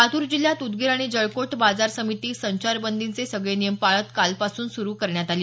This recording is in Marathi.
लातूर जिल्ह्यात उदगीर आणि जळकोट बाजार समिती संचारबंदीचे सगळे नियम पाळत कालपासून सुरु करण्यात आली